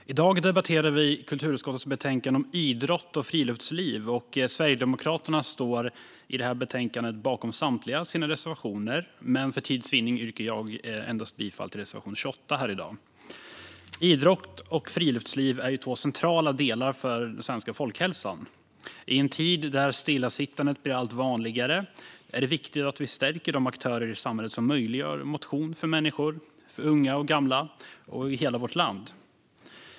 Fru talman! I dag debatterar vi kulturutskottets betänkande om idrott och friluftsliv. Sverigedemokraterna står bakom samtliga sina reservationer i betänkandet, men för tids vinning yrkar jag bifall endast till reservation 28 här i dag. Idrott och friluftsliv är två centrala delar för den svenska folkhälsan. I en tid där stillasittandet blir allt vanligare är det viktigt att stärka de aktörer i samhället som möjliggör motion för människor, för unga och gamla, i hela vårt land.